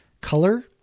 color